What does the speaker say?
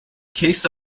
case